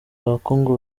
ubukungu